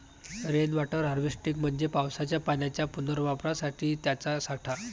rain water harvesting म्हणजे पावसाच्या पाण्याच्या पुनर्वापरासाठी त्याचा साठा